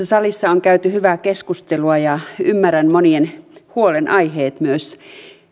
salissa on käyty hyvää keskustelua ja ymmärrän monien huolenaiheet myös